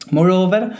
Moreover